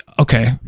Okay